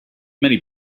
many